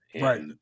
Right